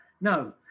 No